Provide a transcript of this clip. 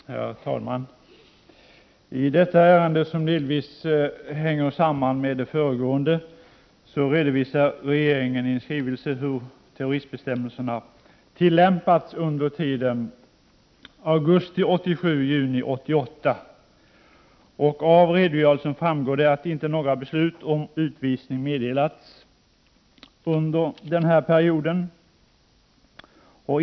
Herr talman! I detta ärende, som delvis hänger samman med det föregående, redovisar regeringen i en skrivelse hur terroristbestämmelserna har tillämpats under tiden augusti 1987-juni 1988. Av redogörelsen framgår att inga beslut om utvisning har meddelats under denna period.